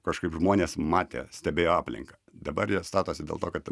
kažkaip žmonės matė stebėjo aplinką dabar jie statosi dėl to kad